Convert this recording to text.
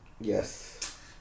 Yes